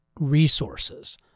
Resources